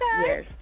Yes